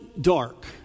dark